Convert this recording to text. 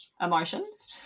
emotions